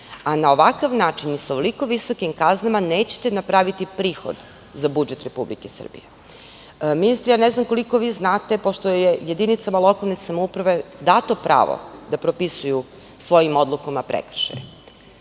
Na ovakav način i sa ovoliko visokim kaznama nećete napraviti prihod za budžet RS.Ministre, ne znam koliko znate pošto je jedinicama lokalne samouprave dato pravo da propisuju svojim odlukama prekršaje.